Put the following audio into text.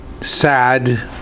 sad